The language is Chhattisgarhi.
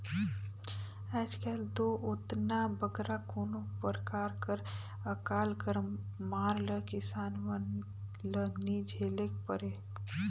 आएज काएल दो ओतना बगरा कोनो परकार कर अकाल कर मार ल किसान मन ल नी झेलेक परे